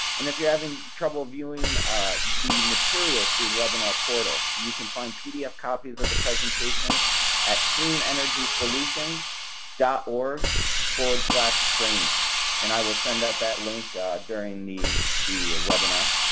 if you're having trouble viewing the materials through the webinar portal, you can find pdf copies of the presentation at cleanenergysolutions dot org slash training and i will send out that link during the the webinar.